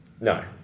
No